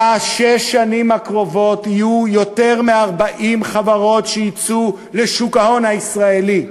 בשש השנים הקרובות יהיו יותר מ-40 חברות שיצאו לשוק ההון הישראלי,